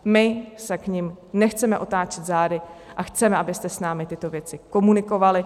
My se k nim nechceme otáčet zády a chceme, abyste s námi tyto věci komunikovali.